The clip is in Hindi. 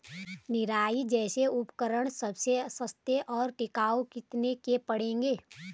निराई जैसे उपकरण सबसे सस्ते और टिकाऊ कितने के पड़ेंगे?